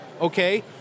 okay